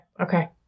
okay